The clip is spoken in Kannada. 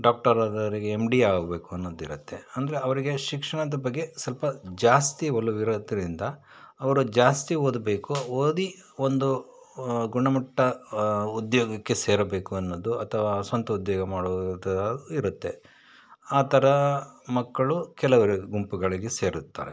ಡಾಕ್ಟರ್ ಆದವ್ರಿಗೆ ಎಮ್ ಡಿ ಆಗ್ಬೇಕು ಅನ್ನೋದು ಇರುತ್ತೆ ಅಂದರೆ ಅವರಿಗೆ ಶಿಕ್ಷಣದ ಬಗ್ಗೆ ಸ್ವಲ್ಪ ಜಾಸ್ತಿ ಒಲವಿರೋದರಿಂದ ಅವ್ರಿಗ್ ಜಾಸ್ತಿ ಓದಬೇಕು ಓದಿ ಒಂದು ಗುಣಮಟ್ಟ ಉದ್ಯೋಗಕ್ಕೆ ಸೇರಬೇಕು ಅನ್ನೋದು ಅಥವಾ ಸ್ವಂತ ಉದ್ಯೋಗ ಮಾಡುವುದು ಇರುತ್ತೆ ಆ ಥರ ಮಕ್ಕಳು ಕೆಲವ್ರಿರೋ ಗುಂಪುಗಳಿಗೆ ಸೇರುತ್ತಾರೆ